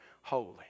holy